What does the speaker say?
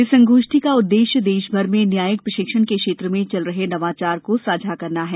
इस संगोष्ठी का उद्देश्य देशभर में न्यायिक प्रशिक्षण के क्षेत्र में चल रहे नवाचार को साझा करना है